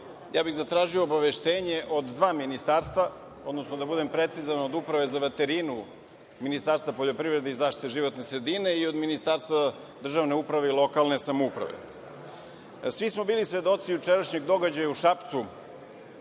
Srbije, zatražio bih obaveštenje od dva ministarstva, odnosno da budem precizan od Uprave za veterinu Ministarstva poljoprivrede i zaštitu životne sredine i od Ministarstva državne uprave i lokalne samouprave. Svi smo bili svedoci jučerašnjeg događaja u Šapcu